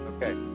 Okay